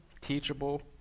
teachable